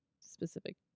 specific